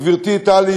גברתי טלי,